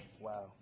Wow